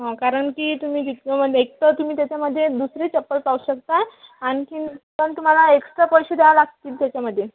हं कारण की तुम्ही जितकं म्हणजे एक तर तुम्ही त्याच्यामधे दुसरी चप्पल पाहू शकता आणखीन पण तुम्हाला एक्स्ट्रा पैसे द्यावं लागतील त्याच्यामधे